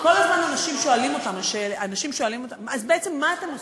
כל הזמן אנשים שואלים אותנו: בעצם מה אתם עושים?